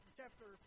chapter